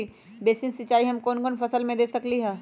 Basin सिंचाई हम कौन कौन फसल में दे सकली हां?